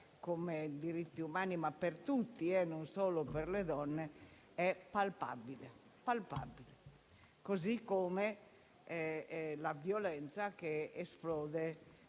come i diritti umani (per tutti, non solo per le donne) è palpabile, così come la violenza che esplode